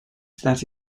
that